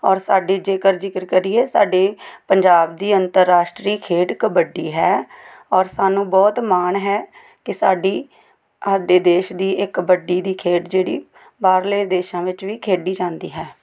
ਔਰ ਸਾਡੀ ਜੇਕਰ ਜ਼ਿਕਰ ਕਰੀਏ ਸਾਡੇ ਪੰਜਾਬ ਦੀ ਅੰਤਰਰਾਸ਼ਟਰੀ ਖੇਡ ਕਬੱਡੀ ਹੈ ਔਰ ਸਾਨੂੰ ਬਹੁਤ ਮਾਣ ਹੈ ਕਿ ਸਾਡੀ ਸਾਡੇ ਦੇਸ਼ ਦੀ ਕਬੱਡੀ ਦੀ ਖੇਡ ਜਿਹੜੀ ਬਾਹਰਲੇ ਦੇਸ਼ਾਂ ਵਿੱਚ ਵੀ ਖੇਡੀ ਜਾਂਦੀ ਹੈ